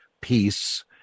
Peace